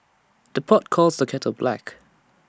the pot calls the kettle black